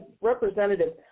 representative